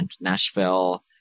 Nashville